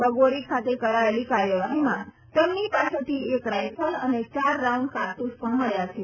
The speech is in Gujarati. બગોરી ખાતે કરાયેલી કાર્યવાહીમાં તેમની પાસેથી એક રાયફલ અને ચાર રાઉન્ડ કારતૂસ પણ મેળવ્યા છે